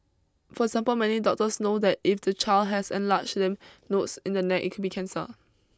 for example many doctors know that if the child has enlarged lymph nodes in the neck it can be cancer